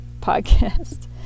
podcast